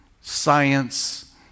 science